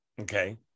Okay